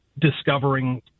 discovering